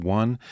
one